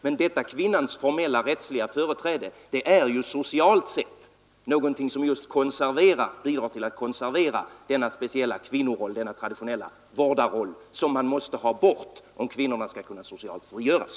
Men detta kvinnans formella rättsliga företräde är ju socialt sett något som just bidrar till att konservera kvinnans speciella roll, den traditionella vårdarrollen, som man måste ha bort om kvinnorna skall kunna socialt frigöras.